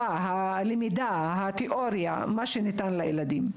הלמידה, התיאוריה והליבה, ומה שניתן לילדים.